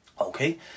Okay